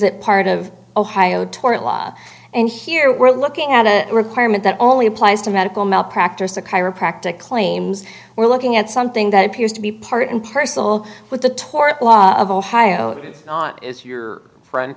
it part of ohio tort law and here we're looking at a requirement that only applies to medical malpractise to chiropractic claims we're looking at something that appears to be part and parcel with the tort law of ohio that is not is your friend